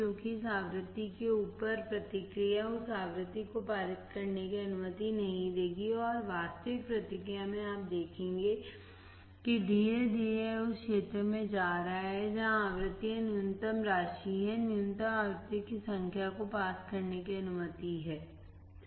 क्योंकि इस आवृत्ति के ऊपर प्रतिक्रिया उस आवृत्ति को पारित करने की अनुमति नहीं देगी और वास्तविक प्रतिक्रिया में आप देखेंगे कि धीरे धीरे यह उस क्षेत्र में जा रहा है जहां आवृत्तियां न्यूनतम राशि हैं न्यूनतम आवृत्तियों की संख्या को पास करने की अनुमति हैसही